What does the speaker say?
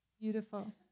Beautiful